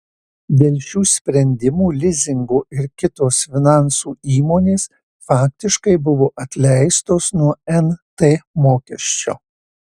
dėl šių sprendimų lizingo ir kitos finansų įmonės faktiškai buvo atleistos nuo nt mokesčio